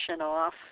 off